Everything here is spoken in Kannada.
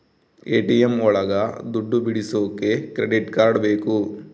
ಎ.ಟಿ.ಎಂ ಒಳಗ ದುಡ್ಡು ಬಿಡಿಸೋಕೆ ಕ್ರೆಡಿಟ್ ಕಾರ್ಡ್ ಬೇಕು